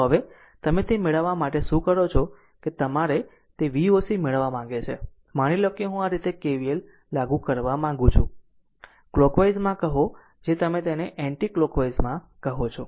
તો હવે તમે તે મેળવવા માટે શું કરો છો કે તમારી તે Voc મેળવવા માંગે છે માની લો કે હું આ રીતે KVL લાગુ કરવા માંગુ છું કલોકવાઈઝમાં કહો જે તમે તેને એન્ટી કલોકવાઈઝમાં કહો છો